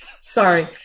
sorry